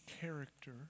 character